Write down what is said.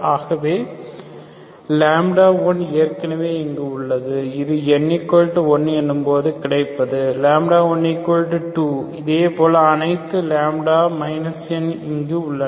ஆகவே 1 ஏற்கனவே இங்கு உள்ளது இது n1 எனும்போது கிடைப்பது 1 2 இதேபோல அனைத்து ns இங்கு உள்ளன